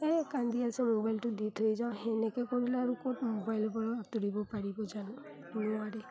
এই কান্দি আছে মোবাইলটো দি থৈ যাওঁ সেনেকৈ কৰিলে আৰু ক'ত মোবাইল পৰা আঁতৰিব পাৰিব জানো নোৱাৰি